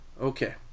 Okay